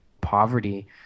poverty